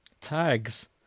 Tags